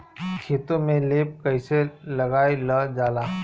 खेतो में लेप कईसे लगाई ल जाला?